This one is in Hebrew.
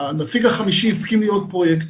הנציג החמישי הסכים להיות פרויקטור,